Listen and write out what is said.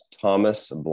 Thomas